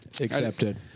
Accepted